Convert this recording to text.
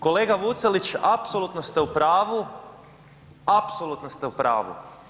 Kolega Vucelić, apsolutno ste u pravu, apsolutno ste u pravu.